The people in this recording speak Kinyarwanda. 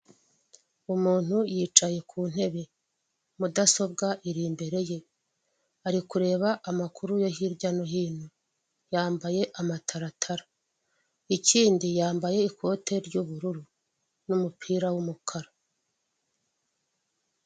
Icyapa kinini cy'ubururu mu nguni y'icyo cyapa iburyo hari amagambo yanditse ngo arasesibi hagati hakaba hari igishushanyo cy'abantu batatu bari mu mutaka umwe, munsi y'icyo gishushanyo hakaba hari amagambo manini yanditseho mituweli. Munsi y'ayo magambo manini hakaba haranditse ubwisungane mu kwivuza.